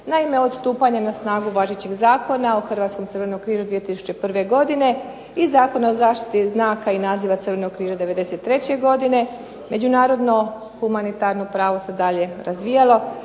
Naime, od stupanja na snagu Zakona o Hrvatskom crvenom križu 2001. godine i Zakon o zaštiti znaka i naziva Crvenog križa 2003. godine, međunarodno humanitarno pravo se dalje razvijalo,